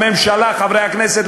הממשלה וחברי הכנסת,